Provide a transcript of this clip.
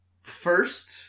First